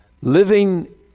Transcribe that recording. living